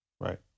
Right